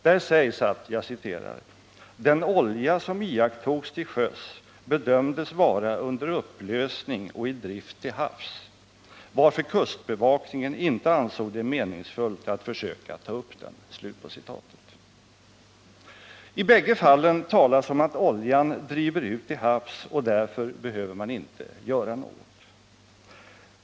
Där sägs att ”den olja som iakttogs till sjöss bedömdes vara under upplösning och i drift till havs, varför kustbevakningen inte ansåg det meningsfullt att försöka ta upp den”. I bägge fallen talas om att oljan driver ut till havs, och därför behöver man inte göra något.